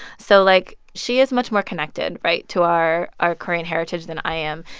so, like, she is much more connected right? to our our current heritage than i am.